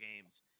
games